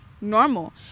normal